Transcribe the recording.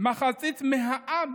מחצית העם